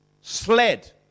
sled